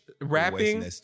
rapping